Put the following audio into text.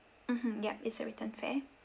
mmhmm ya it's a return fare